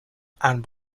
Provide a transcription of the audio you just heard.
and